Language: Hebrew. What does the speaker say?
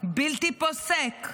לא פוסקים,